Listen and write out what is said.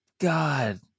God